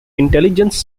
intelligence